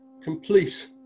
complete